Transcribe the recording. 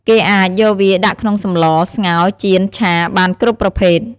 គេអាចយកវាដាក់ក្នុងសម្ល ស្ងោ ចៀន ឆា បានគ្រប់ប្រភេទ។